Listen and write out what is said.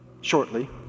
shortly